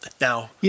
Now